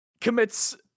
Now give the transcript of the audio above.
commits